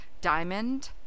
diamond